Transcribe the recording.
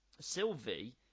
Sylvie